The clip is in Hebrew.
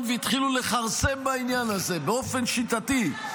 והתחילו לכרסם בעניין הזה באופן שיטתי,